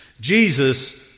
Jesus